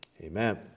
Amen